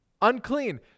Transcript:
unclean